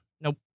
Nope